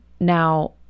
Now